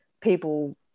people